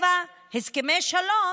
7. הסכמי שלום,